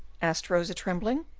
asked rosa, trembling.